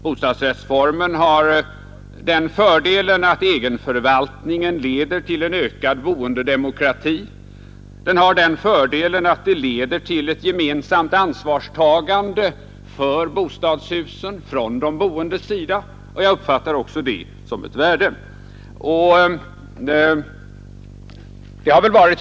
En fördel med egenförvaltningen inom bostadsrättsformen är att den leder till en ökad boendedemokrati, och den leder dessutom till ett gemensamt ansvarstagande bland de boende för bostadshusen, vilket jag också uppfattar som ett värde.